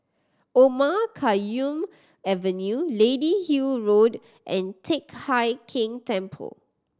Omar Khayyam Avenue Lady Hill Road and Teck Hai Keng Temple